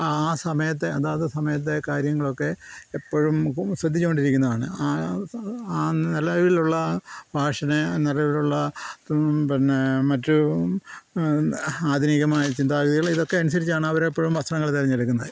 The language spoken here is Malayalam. ആ സമയത്തെ അതാത് സമയത്തെ കാര്യങ്ങളൊക്കെ എപ്പോഴും ശ്രദ്ധിച്ചുകൊണ്ടിരിക്കുന്നതാണ് ആ ആ നല്ല രീതിയിലുള്ള ഫാഷനെ നിലവിലുള്ള പിന്നെ മറ്റും ആധുനികമായ ചിന്താരീതികൾ ഇതൊക്കെ അനുസരിച്ചാണ് അവരെപ്പോഴും വസ്ത്രങ്ങൾ തിരഞ്ഞെടുക്കുന്നത്